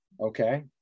Okay